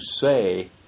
say